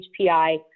HPI